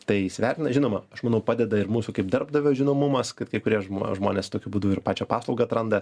tai įsivertina žinoma aš manau padeda ir mūsų kaip darbdavio žinomumas kad kai kurie žmonės tokiu būdu ir pačią paslaugą atranda